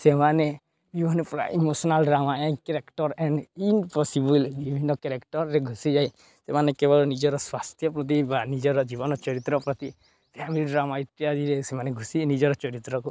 ସେମାନେ ବିଭିନ୍ନପ୍ରକାର emotional drama and character and impossible ବିଭିନ୍ନ କ୍ୟାରେକ୍ଟର୍ରେ ଘୁସିଯାଏ ସେମାନେ କେବଳ ନିଜର ସ୍ୱାସ୍ଥ୍ୟ ପ୍ରତି ବା ନିଜର ଜୀବନ ଚରିତ୍ର ପ୍ରତି ଫ୍ୟାମିଲି ଡ୍ରାମା ଇତ୍ୟାଦିରେ ସେମାନେ ଘୁଷି ନିଜର ଚରିତ୍ରକୁ